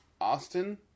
Austin